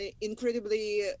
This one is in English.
incredibly